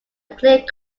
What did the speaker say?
declared